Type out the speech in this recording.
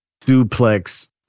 duplex